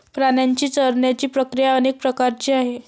प्राण्यांची चरण्याची प्रक्रिया अनेक प्रकारची आहे